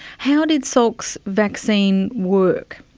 how did salk's vaccine work?